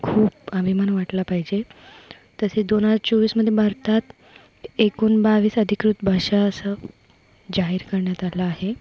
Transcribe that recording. खूप अभिमान वाटला पाहिजे तसेच दोन हजार चोवीसमध्ये भारतात एकूण बावीस अधिकृत भाषा असं जाहिर करण्यात आलं आहे